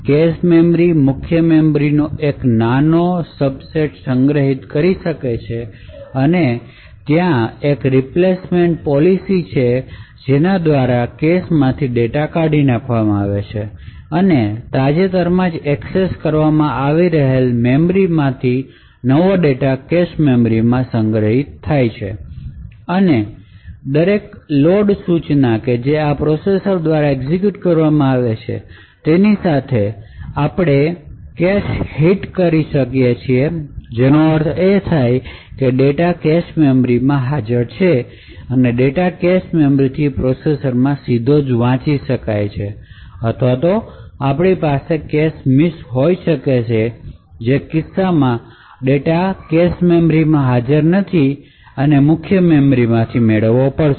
cache memory મુખ્ય મેમરીનો એક નાનો સબસેટ સંગ્રહિત કરે છે અને ત્યાં એક રિપ્લેસમેન્ટ પોલિસી છે કે જેના દ્વારા કેશમાંથી ડેટા કાઢી નાખવામાં આવે છે અને તાજેતરમાં એકસેસ કરવામાં આવી રહેલ મેમરીમાંથી નવો ડેટા કેશ મેમરીમાં સંગ્રહિત થાય છે અને દરેક લોડ સૂચના કે જે આ પ્રોસેસર દ્વારા એક્ઝેક્યુટ કરવામાં આવી છે તેની સાથે આપણે કેશ હિટ કરી શકીએ છીએ જેનો અર્થ એ થાય કે ડેટા કેશ મેમરીમાં હાજર છે અને ડેટા કેશ મેમરીથી પ્રોસેસર માં સીધો વાંચી શકાય છે અથવા આપણી પાસે કેશ મિસ હોઈ શકે છે જે કિસ્સામાં ડેટા કેશ મેમરીમાં હાજર નથી અને મુખ્ય મેમરીમાંથી મેળવવો પડશે